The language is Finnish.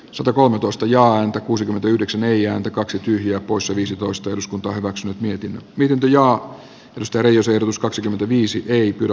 satakolmetoista ja anto kuusikymmentäyhdeksän ei ääntä kaksi tyhjää poissa viisitoista eduskunta hyväksynyt nyky nyky ja mystery sijoitus kaksikymmentäviisi ei kyllä